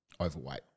overweight